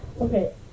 Okay